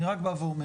אני רק בא ואומר,